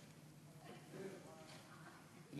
אני